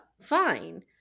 Fine